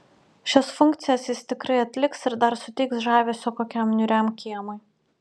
šias funkcijas jis tikrai atliks ir dar suteiks žavesio kokiam niūriam kiemui